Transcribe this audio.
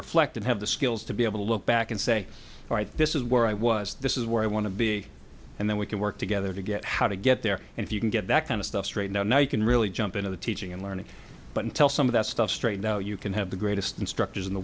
reflect and have the skills to be able to look back and say alright this is where i was this is where i want to be and then we can work together to get how to get there and if you can get that kind of stuff straight now now you can really jump into the teaching and learning but until some of that stuff straight out you can have the greatest instructors in the